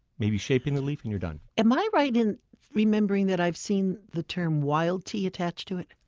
maybe shaping the leaf and you're done am i right in remembering that i've seen the term wild tea attached to it?